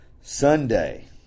Sunday